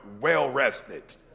well-rested